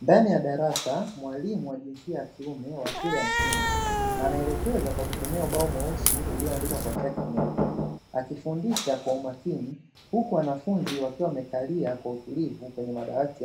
Ndani ya darasa mwalimu wa jinsia ya kiume wa shule ya msingi anaelekeza kwa kutumia ubao mweusi ulioandika kwa chaki nyeupe, akifundisha kwa umakini huku wanafunzi wakiwa wamekalia kwa utulivu kwenye madawati,